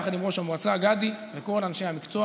יחד עם ראש המועצה גדי וכל אנשי המקצוע,